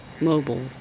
mobile